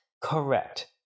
correct